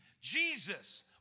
Jesus